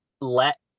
let